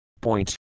Point